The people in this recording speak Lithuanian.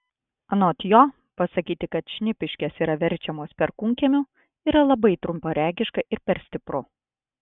anot jo pasakyti kad šnipiškės yra verčiamos perkūnkiemiu yra labai trumparegiška ir per stipru